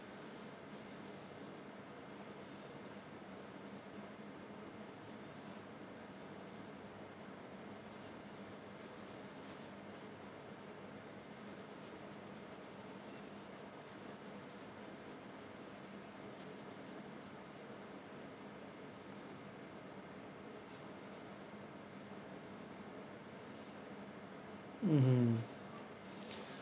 mmhmm